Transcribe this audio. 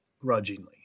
grudgingly